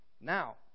Now